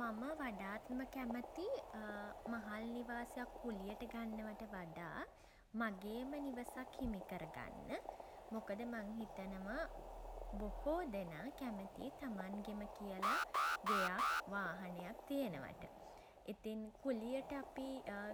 මම වඩාත්ම කැමති මහල් නිවාසයක් කුළියට ගන්නවට වඩා මගේම නිවසක් හිමිකර ගන්න. මොකද මං හිතනවා බොහෝ දෙනා කැමතියි තමන්ගෙම කියල ගෙයක් වාහනයක් තියෙනවාට. ඉතින් කුලියට අපි